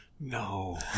No